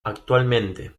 actualmente